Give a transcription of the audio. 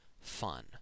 fun